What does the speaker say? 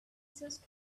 just